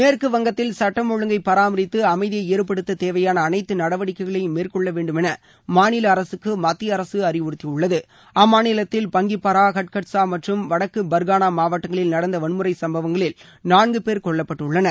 மேற்கு வங்கத்தில் சுட்டம் ஒழுங்கை பராமரித்து அமைதியை ஏற்படுத்த தேவையான அனைத்து நடவடிக்கைகளையும் மேற்கொள்ள வேண்டுமென மாநில அரசுக்கு மத்திய அரசு அறிவறுத்தியுள்ளது அம்மாநிலத்தில் பங்கிப்பரா ஹட்கட்சா மற்றும் வடக்கு பர்கானா மாவட்டங்களில் நடந்த வன்முறைச் சமபவங்களில் நான்கு பேர் கொல்லப்பட்டுள்ளனர்